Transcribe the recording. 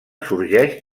sorgeix